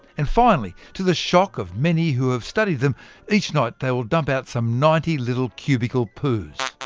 and finally to the shock of many who have studied them each night they will dump out some ninety little cubical poos.